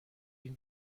این